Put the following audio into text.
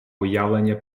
уявлення